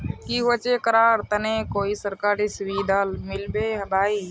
की होचे करार तने कोई सरकारी सुविधा मिलबे बाई?